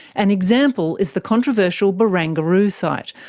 an example is the controversial barangaroo site,